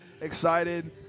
Excited